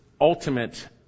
ultimate